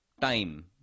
time